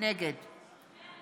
נגד מאיר